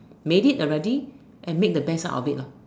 made it already and make the best out of it loh